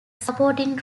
supporting